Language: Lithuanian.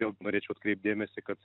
vėl norėčiau atkreipt dėmesį kad